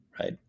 right